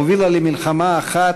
הובילה למלחמה אחת,